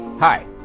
Hi